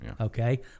Okay